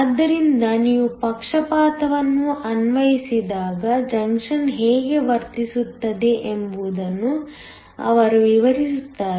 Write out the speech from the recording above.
ಆದ್ದರಿಂದ ನೀವು ಪಕ್ಷಪಾತವನ್ನು ಅನ್ವಯಿಸಿದಾಗ ಜಂಕ್ಷನ್ ಹೇಗೆ ವರ್ತಿಸುತ್ತದೆ ಎಂಬುದನ್ನು ಅವರು ವಿವರಿಸುತ್ತಾರೆ